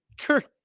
Kirk